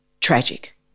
tragic